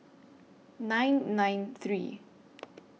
nine nine three